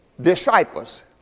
disciples